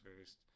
first